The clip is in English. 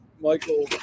Michael